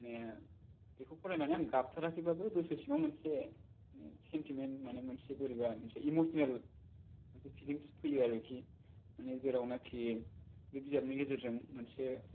बेखौ फरायनानै आं गाबथाराखैबाबो गोसो सिंआव मोनसे सेन्थिमेन मानि मोनसे बोरैबा मोनसे इम'सिनेल मोनसे फिलिंस फैयो आरिखि मानि जेराव नाखि बे बिजाबनि गेजेरजों मोनसे